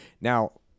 Now